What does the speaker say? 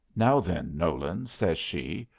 now, then, nolan, says she,